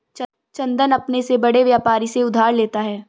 चंदन अपने से बड़े व्यापारी से उधार लेता है